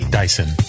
dyson